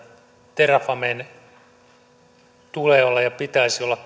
terrafamen tulee olla ja pitäisi olla